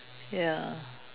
ya